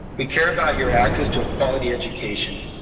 we care about your access to a quality education.